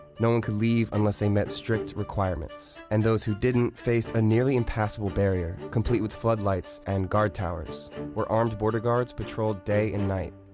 no one could leave unless they met strict requirements. and those who didn't faced a nearly impassable barrier, complete with floodlights and guard towers. where armed border guards patrolled day and night,